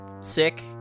sick